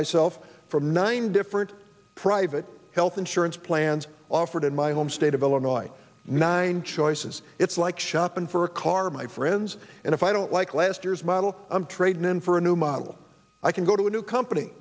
myself from nine different private health insurance plans offered in my home state of illinois nine choices it's like shopping for a car my friends and if i don't like last year's model i'm trading in for a new model i can go to a new company